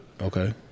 okay